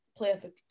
playoff